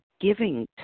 giving